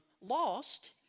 lost